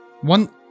one